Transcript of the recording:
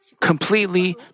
completely